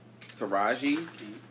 Taraji